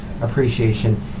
appreciation